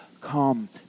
come